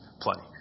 plenty